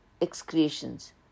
excretions